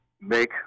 make